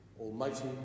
Almighty